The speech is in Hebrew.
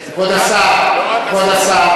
כבוד השר, כבוד השר.